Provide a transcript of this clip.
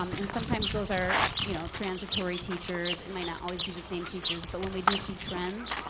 um and sometimes those are you know transitory teachers. it might not always be the same teachers, but when we do see trends,